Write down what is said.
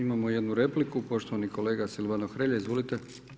Imamo jednu repliku, poštovani kolega Silvano Hrelja, izvolite.